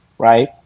Right